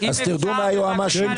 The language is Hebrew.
אז תרדו מהיועמ"שים.